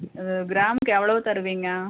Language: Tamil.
கிராமுக்கு எவ்வளோ தருவீங்க